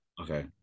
okay